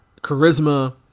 charisma